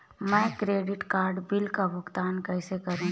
मैं credit card bill का भुगतान कैसे करूं?